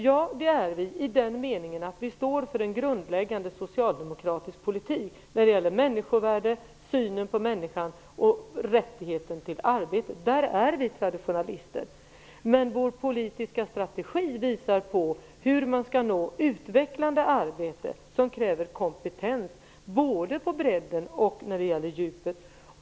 Ja, det är vi i den meningen att vi står för en grundläggande socialdemokratisk politik när det gäller synen på människan, människovärdet och rätten till arbete. I det avseendet är vi traditionalister. Men vår politiska strategi visar hur man skall nå utvecklande arbete som kräver kompetens både på bredden och djupet.